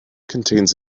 contains